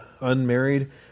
unmarried